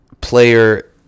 player